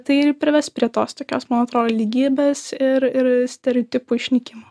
tai ir prives prie tos tokios man atrodo lygybės ir ir stereotipų išnykimo